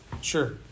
Sure